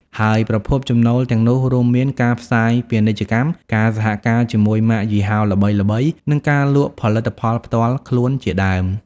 ហើយប្រភពចំណូលទាំងនោះរួមមាន ការផ្សាយពាណិជ្ជកម្ម ការសហការជាមួយម៉ាកយីហោល្បីៗ និងការលក់ផលិតផលផ្ទាល់ខ្លួនជាដើម។